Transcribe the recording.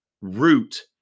root